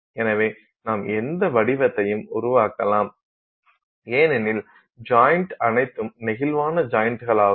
எனவே நாம் எந்த வடிவத்தையும் உருவாக்கலாம் ஏனெனில் ஜாய்ண்ட் அனைத்தும் நெகிழ்வான ஜாய்ண்ட்களாகும்